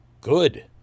Good